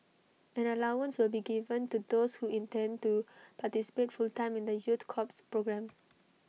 an allowance will be given to those who intend to participate full time in the youth corps programme